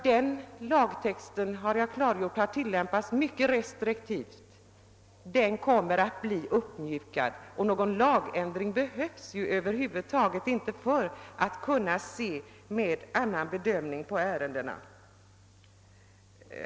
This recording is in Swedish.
Den lagtexten har tilllämpats mycket restriktivt, men praxis kommer att uppmjukas, och någon lagändring behövs över huvud taget inte för att vi skall få till stånd en annan bedömning av ärendena.